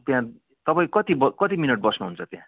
त्यहाँ तपाईँ कति ब कति मिनट बस्नुहुन्छ त्यहाँ